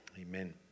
Amen